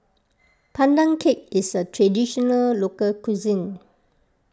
Pandan Cake is a Traditional Local Cuisine